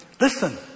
listen